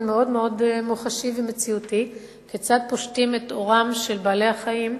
מאוד מאוד מוחשי ומציאותי כיצד פושטים את עורם של בעלי-החיים.